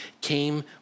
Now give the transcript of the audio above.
came